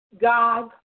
God